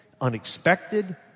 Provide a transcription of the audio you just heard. unexpected